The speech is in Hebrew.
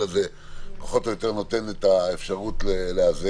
זה היה פחות או יותר נותן את האפשרות לאזן.